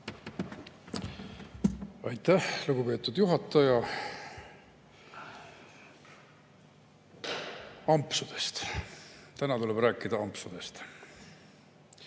Aitäh, lugupeetud juhataja! Ampsudest, täna tuleb rääkida ampsudest.